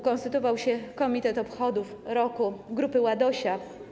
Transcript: Ukonstytuował się komitet obchodów Roku Grupy Ładosia.